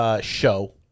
show